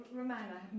Romana